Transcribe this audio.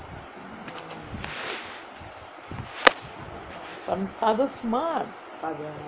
father smart